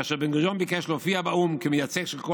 כאשר בן-גוריון ביקש להופיע באו"ם כמייצג של כל